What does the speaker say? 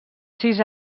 sis